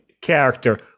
character